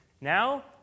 Now